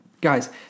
Guys